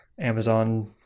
Amazon